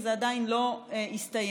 וזה עדיין לא הסתיים.